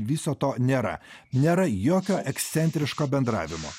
viso to nėra nėra jokio ekscentriško bendravimo